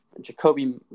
Jacoby